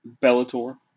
Bellator